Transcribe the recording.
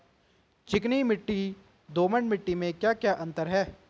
चिकनी मिट्टी और दोमट मिट्टी में क्या क्या अंतर है?